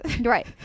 right